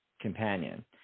companion